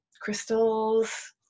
crystals